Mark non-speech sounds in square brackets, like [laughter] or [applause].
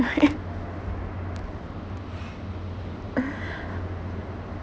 uh yeah [laughs] [breath]